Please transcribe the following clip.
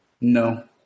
No